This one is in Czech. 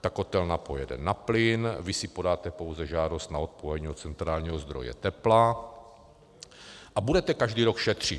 ta kotelna pojede na plyn, vy si podáte pouze žádost na odpojení od centrálního zdroje tepla a budete každý rok šetřit.